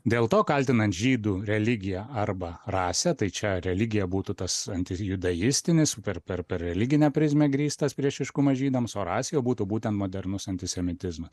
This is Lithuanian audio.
dėl to kaltinant žydų religiją arba rasę tai čia religija būtų tas antijudaistinis per per per religinę prizmę grįstas priešiškumas žydams o rasė jau būtų būten modernus antisemitizmas